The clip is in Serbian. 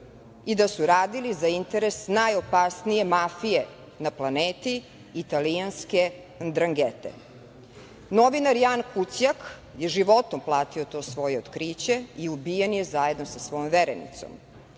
i da su radili za interes najopasnije mafije na planeti, italijanske Ndrangete. Novinar Jan Kucjak je životom platio to svoje otkriće i ubijen je zajedno sa svojom verenicom. Sada